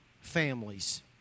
families